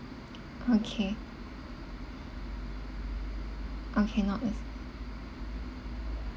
okay okay noted